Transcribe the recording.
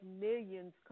millions